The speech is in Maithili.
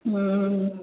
ह्म्म